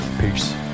Peace